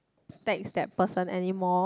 text that person anymore